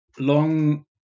long